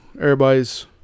Everybody's